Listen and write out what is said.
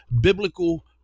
biblical